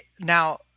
Now